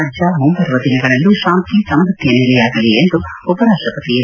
ರಾಜ್ಯ ಮುಂಬರುವ ದಿನಗಳಲ್ಲೂ ತಾಂತಿ ಸಮೃದ್ದಿಯ ನೆಲೆಯಾಗಲಿ ಎಂದು ಉಪರಾಷ್ಟಪತಿ ಎಂ